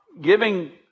giving